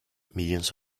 millions